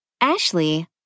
Ashley